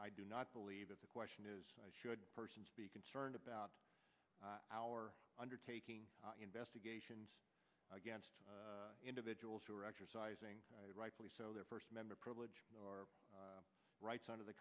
do not believe that the question is should persons be concerned about our undertaking investigations against individuals who are exercising rightfully so their first member privilege or rights under the